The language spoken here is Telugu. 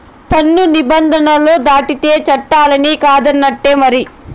పన్ను నిబంధనలు దాటితే చట్టాలన్ని కాదన్నట్టే మరి